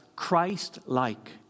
Christ-like